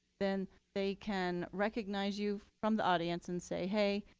then they can recognize you from the audience and say, hey,